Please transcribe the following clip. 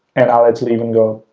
and i'll even go,